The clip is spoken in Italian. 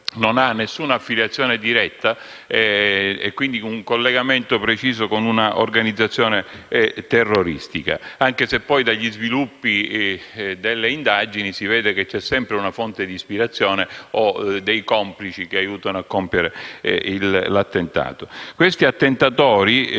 non ha alcuna affiliazione diretta e quindi un collegamento preciso con una organizzazione terroristica, anche se poi dagli sviluppi delle indagini si rileva sempre una fonte di ispirazione o dei complici che aiutano il soggetto a compiere l'attentato. Si tratta di attentatori